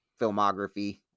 filmography